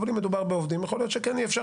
אבל אם מדובר בעובדים יכול להיות שכן אפשר